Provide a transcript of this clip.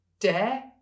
Dare